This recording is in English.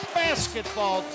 basketball